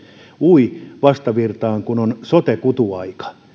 ui vastavirtaan kun on sote kutuaika